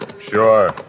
Sure